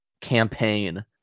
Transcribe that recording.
campaign